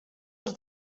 als